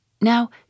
Now